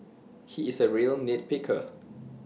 he is A real nit picker